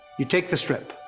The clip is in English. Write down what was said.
you take the strip.